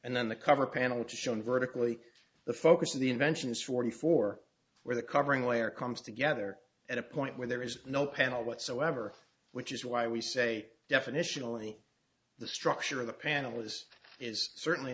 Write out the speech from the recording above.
and then the cover panel shown vertically the focus of the invention is forty four where the covering layer comes together at a point where there is no panel whatsoever which is why we say definitional and the structure of the panel is is certainly